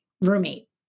roommate